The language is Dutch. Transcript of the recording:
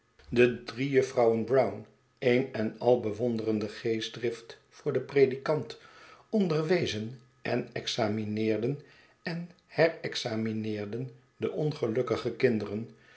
de drie juffrouwen brown een en al bewonderende geestdrift voor den predikant onderwezen en examineerden en herexamineerden de ongelukkige kinderen